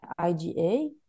IgA